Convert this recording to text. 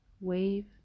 wave